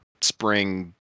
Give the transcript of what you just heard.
spring